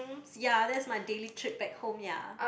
ya that's my daily trip back home ya